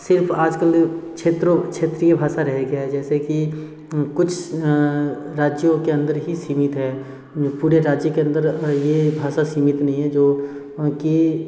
सिर्फ आजकल क्षेत्रों क्षेत्रीय भाषा रह गया है जैसे कि कुछ राज्यों के अंदर ही सीमित है जो पूरे राज्य के अंदर ये भाषा सीमित नहीं है जो कि